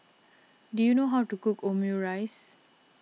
do you know how to cook Omurice